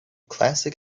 classic